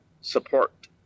support